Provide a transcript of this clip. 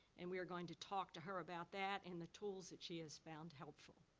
and we are going to talk to her about that and the tools that she has found helpful.